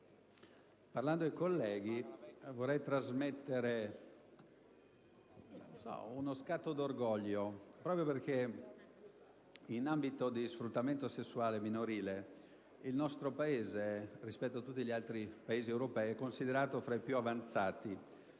parlando ai colleghi, io vorrei trasmettere uno scatto di orgoglio, proprio perché, in ambito di sfruttamento sessuale minorile, il nostro Paese, rispetto a tutti gli altri Paesi europei, è considerato fra i più avanzati,